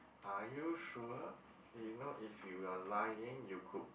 are you sure you know if you are lying you could